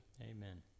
Amen